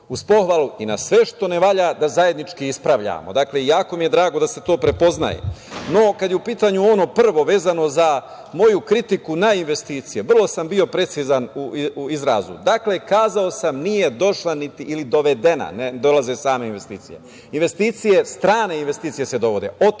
uz pohvalu i na sve što ne valja da zajednički ispravljamo. Jako mi je drago da se to prepoznaje.No, kada je u pitanju ono prvo, vezano za moju kritiku na investicije, vrlo sam bio precizan u izrazu. Dakle, kazao sam nije došla ili dovedena, ne dolaze same investicije, strane investicije se dovode.